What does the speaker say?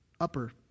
upper